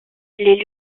les